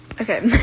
Okay